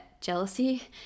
jealousy